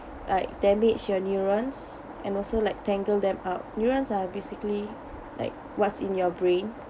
like damage your neurons and also like tangle them up neurons are basically like what's in your brain